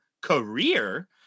career